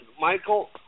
Michael